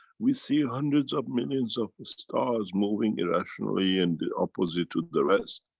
we see ah hundreds of millions of stars moving irrationally and the opposite to the rest.